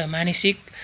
र मानसिक